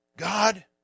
God